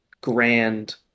grand